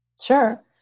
Sure